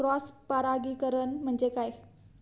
Cross परागीकरण म्हणजे काय?